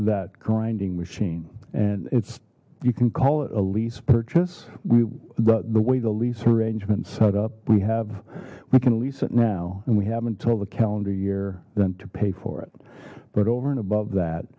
that grinding machine and it's you can call it a lease purchase we the way the lease arrangement set up we have we can lease it now and we have until the calendar year than to pay for it but over and above that